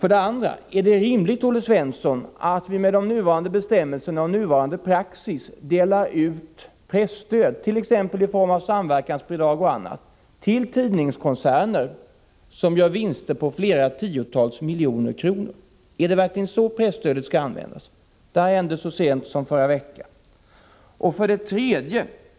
2. Ärdet rimligt, Olle Svensson, att vi med nuvarande bestämmelser och med nuvarande praxis delar ut presstöd, t.ex. i form av samverkansbidrag och annat, till tidningskoncerner som gör vinster på tiotals miljoner kronor? Är det verkligen så presstödet skall användas? Det här hände så sent som förra veckan. 3.